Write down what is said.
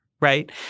right